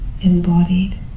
embodied